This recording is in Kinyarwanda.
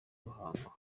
ruhango